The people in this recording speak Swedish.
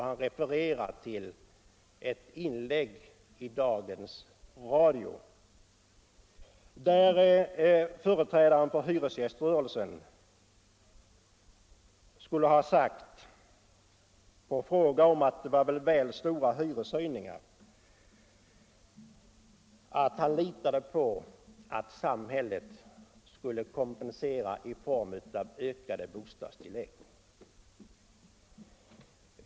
Han refererade till ett inlägg i dagens radioprogram, där en företrädare för hyresgäströrelsen skulle ha sagt, på fråga om det inte var väl så stora hyreshöjningar, att han litade på att samhället skulle kompensera dem i form av ökade bostadstillägg.